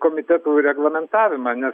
komitetų reglamentavimą nes